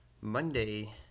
Monday